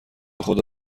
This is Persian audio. خدا